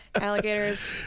Alligators